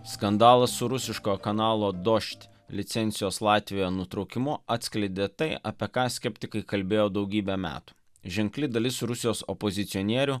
skandalas su rusiško kanalo dožd licencijos latvijoe nutraukimu atskleidė tai apie ką skeptikai kalbėjo daugybę metų ženkli dalis rusijos opozicionierių